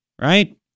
right